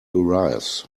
arrives